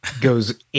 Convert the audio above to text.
goes